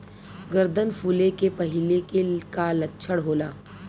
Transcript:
गर्दन फुले के पहिले के का लक्षण होला?